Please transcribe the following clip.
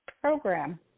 program